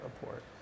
report